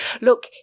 Look